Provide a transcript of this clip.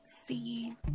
see